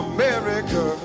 America